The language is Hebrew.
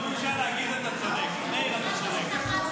לא בושה להגיד: אתה צודק, מאיר, אתה צודק.